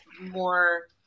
more